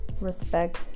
respect